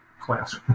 class